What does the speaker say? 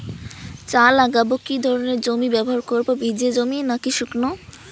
চা লাগাবো কি ধরনের জমি ব্যবহার করব ভিজে জমি নাকি শুকনো?